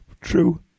True